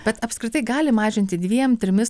bet apskritai gali mažinti dviem trimis